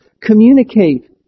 Communicate